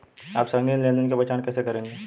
आप संदिग्ध लेनदेन की पहचान कैसे करेंगे?